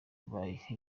bayiha